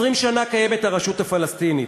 20 שנה קיימת הרשות הפלסטינית.